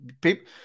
people